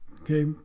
Okay